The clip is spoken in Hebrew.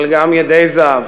אבל גם ידי זהב.